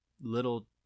little